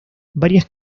varias